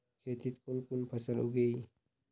खेतीत कुन कुन फसल उगेई?